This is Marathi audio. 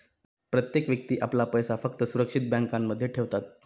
प्रत्येक व्यक्ती आपला पैसा फक्त सुरक्षित बँकांमध्ये ठेवतात